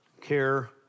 care